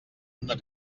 una